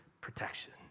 protection